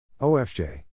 OFJ